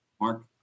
Mark